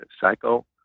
psycho